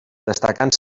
destacant